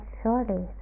surely